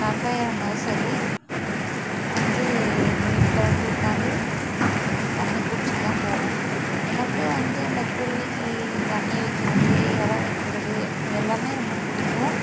காக்காயாக இருந்தாலும் சரி வந்து எங்கள் வீட்டில் வந்து உக்காந்து தண்ணி குடிச்சிகிட்டுதான் போவும் எனக்கு வந்து அந்த குருவிக்கு தண்ணி வைக்கிறது எர வைக்கிறது இது எல்லாமே ரொம்ப பிடிக்கும்